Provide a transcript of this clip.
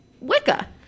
Wicca